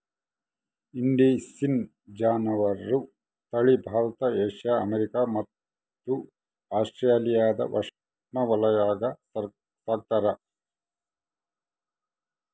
indicine ಜಾನುವಾರು ತಳಿ Bharat Asia America ಮತ್ತು ಆಸ್ಟ್ರೇಲಿಯಾದ ಉಷ್ಣವಲಯಾಗ ಸಾಕ್ತಾರ